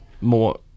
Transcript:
more